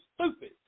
stupid